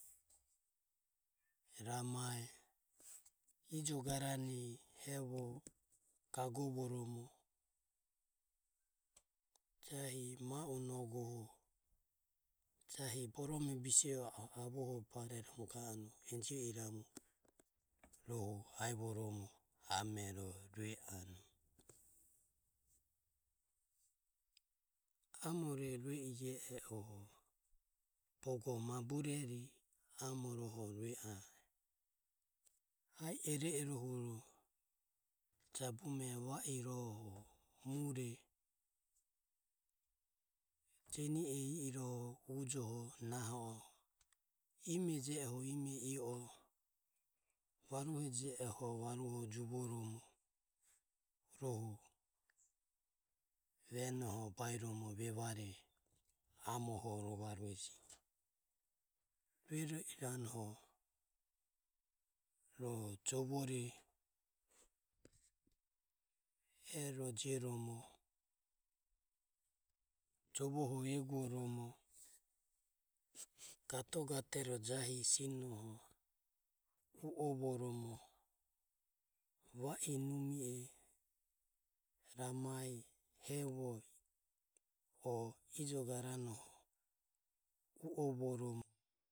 Ramae, ijogarane, hevoe jahi ma u nioge jahi borome bise e avohoromo ga anue enjio iramu. Rohu aivoromo amero rue anue. Amore rue i ie oho bogo mabureri amoroho rue anu. Ae iro iro ho jabume va iroho mure jeni e i irohe ujoho tarioromo, ime iromo varuhe juvoromo rohu venoho bairomo vevare amoho rovarueje. Rue iranoho ro jovore, jioromo jovoho eguoromo gatogatero jahi sinoho u o voromo va inumoho eguoromo rohu jahi hevoho. ijogaranoho u o voromo.